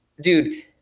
dude